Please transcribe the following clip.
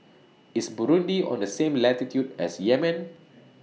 IS Burundi on The same latitude as Yemen